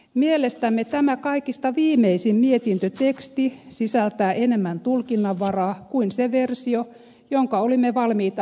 mielestämme tämä kaikista viimeisin mietintöteksti sisältää enemmän tulkinnanvaraa kuin se versio jonka olimme valmiita hyväksymään